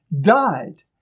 died